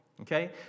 Okay